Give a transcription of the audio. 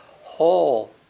whole